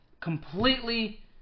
completely